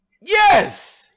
Yes